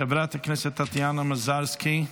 חברת הכנסת טטיאנה מזרסקי,